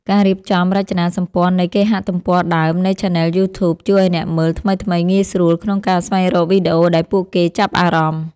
ការរៀបចំរចនាសម្ព័ន្ធនៃគេហទំព័រដើមនៃឆានែលយូធូប ជួយឱ្យអ្នកមើលថ្មីៗងាយស្រួលក្នុងការស្វែងរកវីដេអូដែលពួកគេចាប់អារម្មណ៍។